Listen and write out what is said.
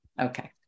Okay